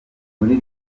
muri